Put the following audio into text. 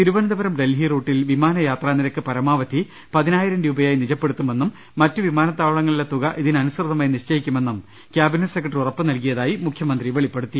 തിരുവനന്തപുരം ഡൽഹി റൂട്ടിൽ വിമാനയാത്രാ നിരക്ക് പരമാവധി പതിനായിരം രൂപയായി നിജപ്പെടു ത്തുമെന്നും മറ്റ് വിമാനത്താവളങ്ങളിലെ തുക ഇതിനനുസൃതമായി നിശ്ചയി ക്കുമെന്നും ക്യാബിനറ്റ് സെക്രട്ടറി ഉറപ്പ് നൽകിയതായി മുഖ്യമന്ത്രി വെളി പ്പെടുത്തി